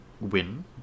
win